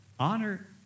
Honor